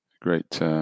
great